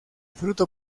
fruto